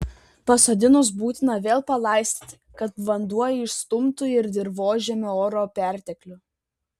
pasodinus būtina vėl palaistyti kad vanduo išstumtų ir dirvožemio oro perteklių